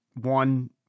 One